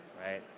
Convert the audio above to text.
right